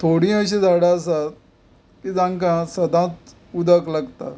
थोडीं अशीं झाडां आसात की जांकां सदांच उदक लागता